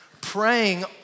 Praying